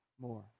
more